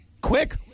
Quick